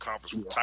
conference